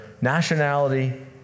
nationality